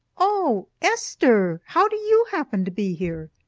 oh, esther! how do you happen to be here?